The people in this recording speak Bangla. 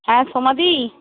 হ্যাঁ সোমাদি